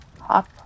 Hop